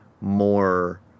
more